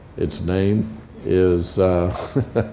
it's name is